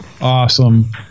Awesome